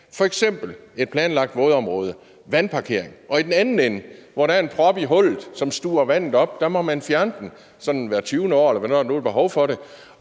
f.eks. være et planlagt vådområde eller vandparkering, og i den anden ende, hvor der er en prop i hullet, som stuver vandet op, må man fjerne den sådan hvert 20. år, eller hvornår der nu er behov for det.